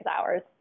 hours